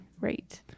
Right